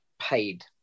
paid